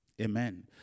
Amen